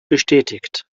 bestätigt